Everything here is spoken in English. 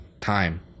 time